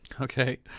okay